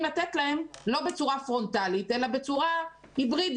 לתת להם לא בצורה פרונטלית אלא בצורה היברידית,